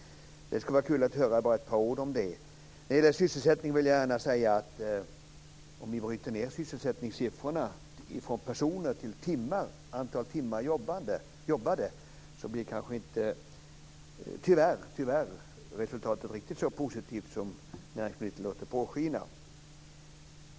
Det skulle vara kul att höra bara ett par ord om det. Om man beräknar sysselsättningen i antalet arbetade timmar i stället för antal personer blir resultatet tyvärr inte riktigt så positivt som näringsministern vill låta påskina.